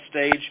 stage